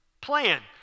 plan